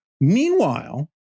Meanwhile